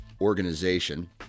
organization